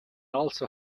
also